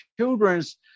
children's